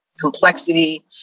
complexity